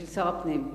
הפנים.